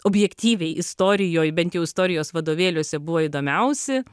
objektyviai istorijoj bent jau istorijos vadovėliuose buvo įdomiausi